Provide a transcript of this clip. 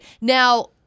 Now